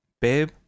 babe